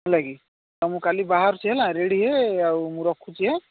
ହେଲା କି ହଁ ମୁଁ କାଲି ବାହାରୁଛି ହେଲା ରେଡ଼ି ହେ ଆଉ ମୁଁ ରଖୁଛି ହାଁ